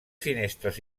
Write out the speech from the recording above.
finestres